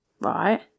Right